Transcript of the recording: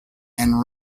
and